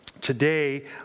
Today